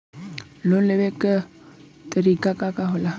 Loan लेवे क तरीकाका होला?